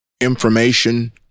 information